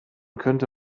könnte